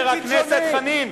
חבר הכנסת חנין,